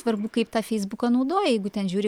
svarbu kaip tą feisbuką naudoji jeigu ten žiuri